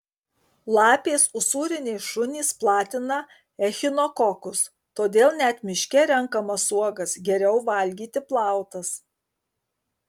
lapės usūriniai šunys platina echinokokus todėl net miške renkamas uogas geriau valgyti plautas